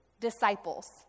disciples